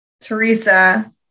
Teresa